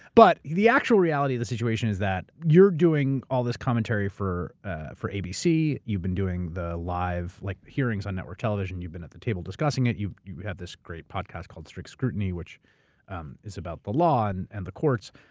but the actual reality of the situation is that you're doing all this commentary for for abc, you've been doing the live like hearings on network television. you've been at the table discussing it. you have this great podcast called strict scrutiny, which um is about the law and the courts.